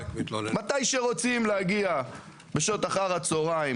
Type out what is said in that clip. מתי שרוצים להגיע בשעות אחר-הצוהריים